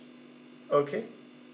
okay